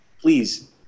please